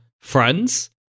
friends